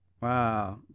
Wow